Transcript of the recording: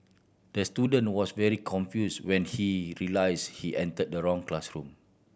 the student was very confused when he realised he entered the wrong classroom